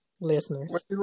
listeners